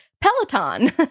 Peloton